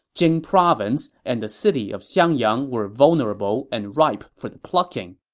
jing province and the city of xiangyang were vulnerable and ripe for the plucking.